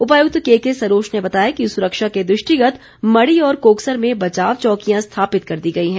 उपायुक्त केके सरोच ने बताया है कि सुरक्षा के दृष्टिगत मढ़ी और कोकसर में बचाव चौकियां स्थापित कर दी गई हैं